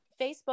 Facebook